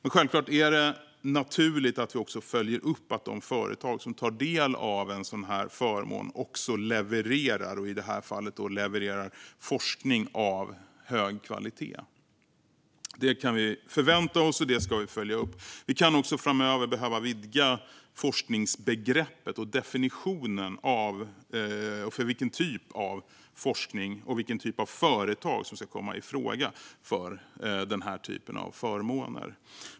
Men självklart är det naturligt att vi också följer upp att de företag som tar del av en sådan förmån också levererar - i det här fallet forskning av hög kvalitet. Det kan vi förvänta oss, och det ska vi följa upp. Vi kan också framöver behöva vidga forskningsbegreppet och definitionen för vilken typ av forskning och vilken typ av företag som ska komma i fråga för den typen av förmåner.